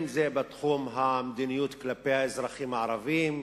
אם בתחום המדיניות כלפי האזרחים הערבים,